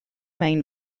main